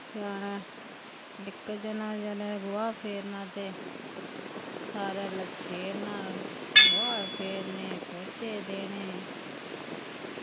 सेआने इक जना जने ने गोहा फेरना ते सारे अलग फेरना गोहा फेरने पौह्चे देने